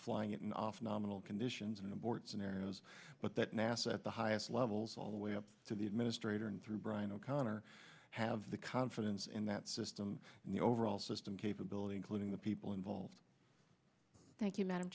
it in off nominal conditions and abort scenarios but that nasa at the highest levels all the way up to the administrator and through brian o'conner have the confidence in that system and the overall system capability including the people involved thank you m